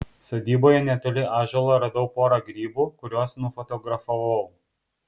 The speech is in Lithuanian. sodyboje netoli ąžuolo radau porą grybų kuriuos nufotografavau